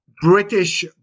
British